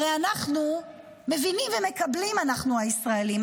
הרי אנחנו מבינים ומקבלים, אנחנו, הישראלים.